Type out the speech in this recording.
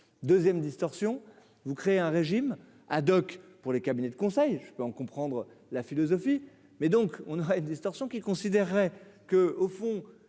2ème distorsion vous créez un régime ad-hoc pour les cabinets de conseil, je peux en comprendre la philosophie mais donc, on a une distorsion qu'il considérerait que, au fond,